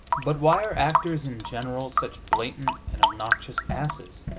but why are actors, in general, such blatant and obnoxious asses,